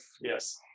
Yes